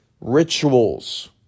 rituals